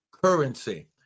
Currency